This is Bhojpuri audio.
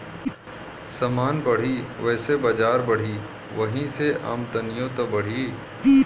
समान बढ़ी वैसे बजार बढ़ी, वही से आमदनिओ त बढ़ी